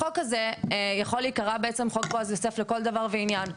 החוק הזה יכול להיקרא חוק בועז יוסף לכל דבר ועניין.